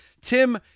Tim